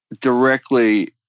directly